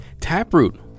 Taproot